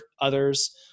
others